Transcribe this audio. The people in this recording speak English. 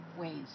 ways